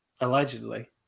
Allegedly